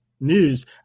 news